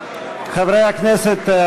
חברי הכנסת,